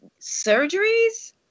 surgeries